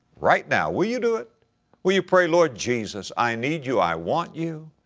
right now, will you do it? will you pray, lord jesus, i need you, i want you.